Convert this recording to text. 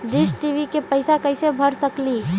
Dish TV के पैईसा कईसे भर सकली?